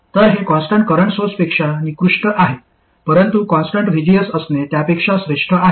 तर हे constant current सोर्सपेक्षा निकृष्ट आहे परंतु कॉन्स्टन्ट VGS असणे त्यापेक्षा श्रेष्ठ आहे